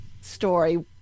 story